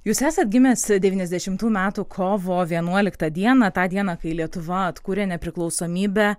jūs esat gimęs devyniasdešimtų metų kovo vienuoliktą dieną tą dieną kai lietuva atkūrė nepriklausomybę